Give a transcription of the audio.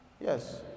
Yes